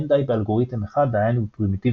אין די באלגוריתם אחד דהיינו בפרימיטיב